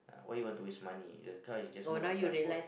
why you want to waste money the car is just mode of transport